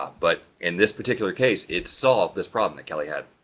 but in this particular case, it's solved this problem that kelly had.